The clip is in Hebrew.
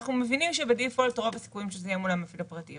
אנחנו מבינים שבדיפולט רוב הסיכויים שזה יהיה מול המפעיל הפרטי,